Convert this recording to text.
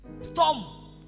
Storm